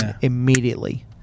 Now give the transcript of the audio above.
immediately